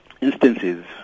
instances